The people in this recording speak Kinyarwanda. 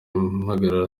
impagarara